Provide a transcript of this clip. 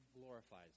glorifies